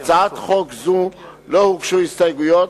להצעת חוק זו לא הוגשו הסתייגויות,